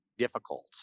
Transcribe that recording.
Difficult